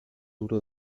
uno